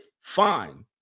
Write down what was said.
fine